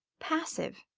passive,